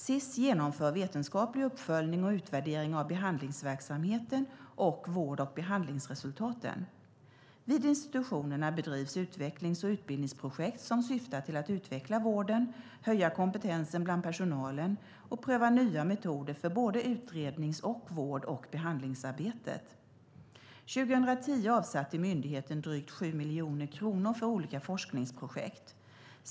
Sis genomför vetenskaplig uppföljning och utvärdering av behandlingsverksamheten och vård och behandlingsresultaten. Vid institutionerna bedrivs utvecklings och utbildningsprojekt som syftar till att utveckla vården, höja kompetensen bland personalen och pröva nya metoder för både utrednings och vård och behandlingsarbetet. År 2010 avsatte myndigheten drygt 7 miljoner kronor för olika forskningsprojekt.